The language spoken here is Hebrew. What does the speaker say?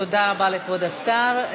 תודה רבה לכבוד השר.